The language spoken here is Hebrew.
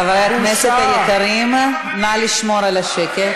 חברי הכנסת היקרים, נא לשמור על השקט.